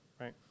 right